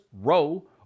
row